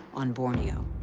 on borneo.